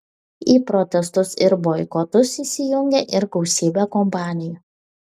į protestus ir boikotus įsijungė ir gausybė kompanijų